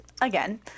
again